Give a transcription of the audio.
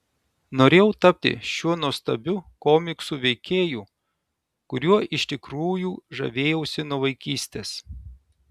norėjau tapti šiuo nuostabiu komiksų veikėju kuriuo iš tikrųjų žavėjausi nuo vaikystės